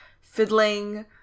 fiddling